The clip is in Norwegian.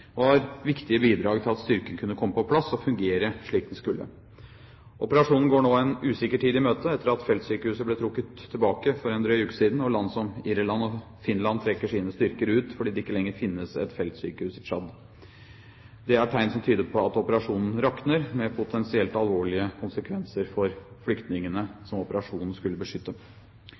viktige bidrag til at styrken kunne komme på plass og fungere slik den skulle. Operasjonen går nå en usikker tid i møte, etter at feltsykehuset ble trukket tilbake for en drøy uke siden. Land som Irland og Finland trekker sine styrker ut fordi det ikke lenger finnes et feltsykehus i Tsjad. Det er tegn som tyder på at operasjonen rakner, med potensielt alvorlige konsekvenser for flyktningene som operasjonen skulle beskytte.